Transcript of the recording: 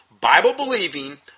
Bible-believing